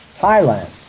Thailand